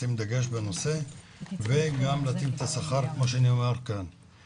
לשים דגש בנושא וגם להתאים את השכר כמו שנאמר כאן.